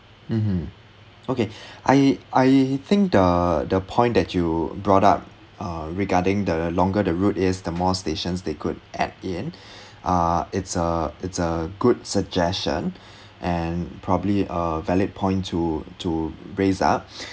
mmhmm okay I I think the the point that you brought up uh regarding the longer the route is the more stations they could add in uh it's a it's a good suggestion and probably a valid point to to raise up